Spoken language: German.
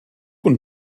und